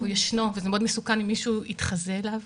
הוא ישנו, וזה מאוד מסוכן אם מישהו יתחזה אליו.